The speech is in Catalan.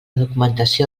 documentació